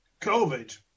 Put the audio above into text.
covid